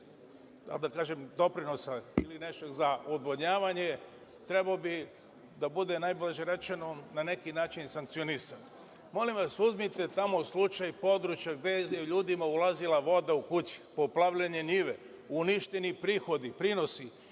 da kažem doprinosa ili nešto za odvodnjavanje, trebalo bi da bude, najblaže rečeno, na neki način sankcionisan. Molim vas, uzmite tamo slučaj područja gde je ljudima ulazila voda u kuće, poplavljene njive, uništeni prihodi, prinosi,